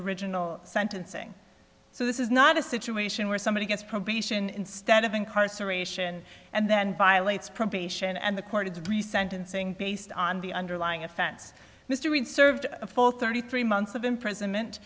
original sentencing so this is not a situation where somebody gets probation instead of incarceration and then violates probation and the court of three sentencing based on the underlying offense mr reed served for thirty three months of imprisonment